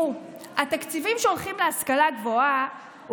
התקציבים שהולכים להשכלה הגבוהה,